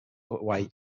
away